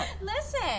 Listen